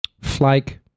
Flake